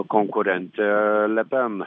konkurentė le pen